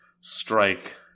strike